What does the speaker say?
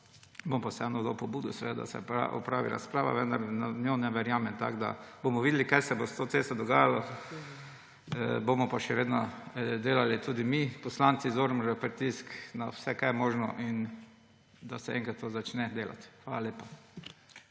seveda vseeno dal pobudo, da se opravi razprava, vendar v njo ne verjamem. Bomo videli, kaj se bo s to cesto dogajalo, bomo pa še vedno delali tudi poslanci iz Ormoža pritisk na vse, kar je možno, da se enkrat to začne delati. Hvala lepa.